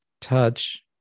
touch